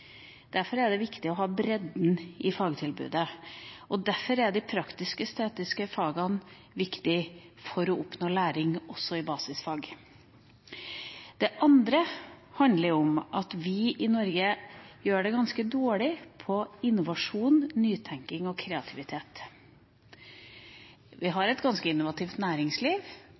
Derfor er det viktig å ha bredden i fagtilbudet, og derfor er de praktisk-estetiske fagene viktige for å oppnå læring også i basisfag. Det andre handler om at vi i Norge gjør det ganske dårlig på innovasjon, nytenking og kreativitet. Vi